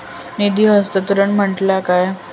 निधी हस्तांतरण म्हटल्या काय?